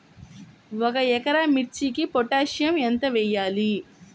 ఒక ఎకరా మిర్చీకి పొటాషియం ఎంత వెయ్యాలి?